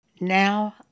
Now